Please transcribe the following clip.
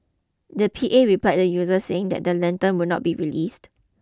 the P A replied the users saying that the lanterns would not be released